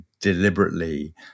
deliberately